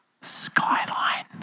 skyline